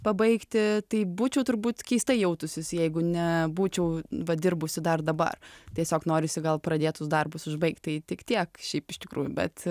pabaigti taip būčiau turbūt keistai jautųsis jeigu nebūčiau va dirbusi dar dabar tiesiog norisi gal pradėtus darbus užbaigti tai tik tiek šiaip iš tikrųjų bet